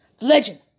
legend